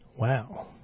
Wow